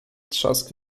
trzask